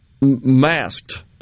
masked